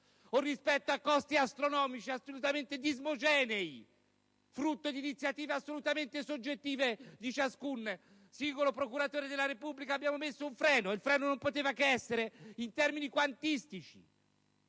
rispetto a costi astronomici, assolutamente disomogenei, frutto di iniziative assolutamente soggettive di ciascun singolo procuratore della Repubblica, abbiamo posto un freno, che non poteva che essere in termini quantitativi.